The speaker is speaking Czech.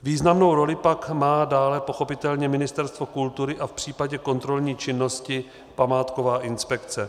Významnou roli má pak dále pochopitelně Ministerstvo kultury a v případě kontrolní činnosti památková inspekce.